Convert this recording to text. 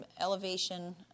elevation